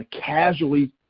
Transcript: casually